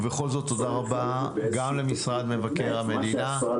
ובכל זאת, תודה רבה גם למשרד מבקר המדינה.